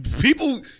People